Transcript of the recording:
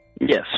Yes